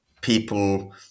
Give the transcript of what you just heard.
people